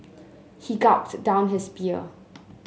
he gulped down his beer